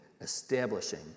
establishing